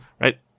right